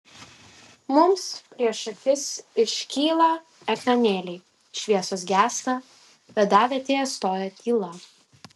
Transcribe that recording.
mums prieš akis iškyla ekranėliai šviesos gęsta vadavietėje stoja tyla